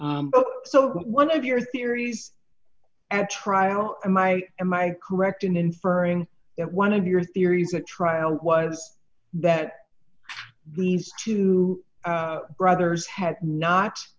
so one of your theories at trial and i am i correct in inferring that one of your theories at trial was that these two brothers had not